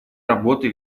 работы